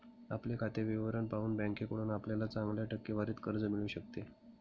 आपले खाते विवरण पाहून बँकेकडून आपल्याला चांगल्या टक्केवारीत कर्ज मिळू शकते